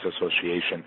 Association